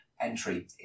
entry